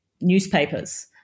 newspapers